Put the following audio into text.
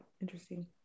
interesting